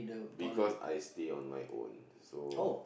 because I stay on my own so